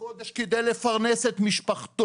בחודש כדי לפרנס את משפחתו,